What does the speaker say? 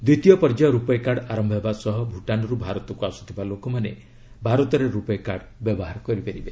ଦ୍ୱିତୀୟ ପର୍ଯ୍ୟାୟ RuPay card ଆରମ୍ଭ ହେବା ସହ ଭୁଟାନ୍ରୁ ଭାରତକୁ ଆସୁଥିବା ଲୋକମାନେ ଭାରତରେ ରୂପୟେ କାର୍ଡ଼ ବ୍ୟବହାର କରିପାରିବେ